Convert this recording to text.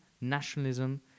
nationalism